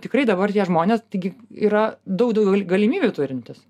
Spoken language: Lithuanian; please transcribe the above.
tikrai dabar tie žmonės taigi yra daug daugiau galimybių turintys